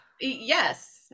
yes